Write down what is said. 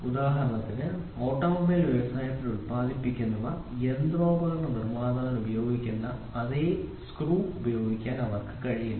ഉദാഹരണത്തിന് ഓട്ടോമൊബൈൽ വ്യവസായത്തിൽ ഉൽപാദിപ്പിക്കുന്നവ യന്ത്രോപകരണ നിർമ്മാതാവിന് ഉപയോഗിക്കുന്ന അതേ സ്ക്രൂ ഉപയോഗിക്കാൻ അവർക്ക് കഴിയില്ല